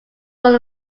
full